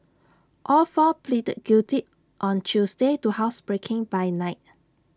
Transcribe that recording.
all four pleaded guilty on Tuesday to housebreaking by night